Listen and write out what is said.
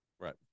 Right